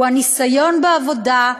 הניסיון בעבודה,